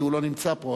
כי הוא לא נמצא פה.